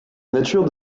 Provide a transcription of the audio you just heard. nature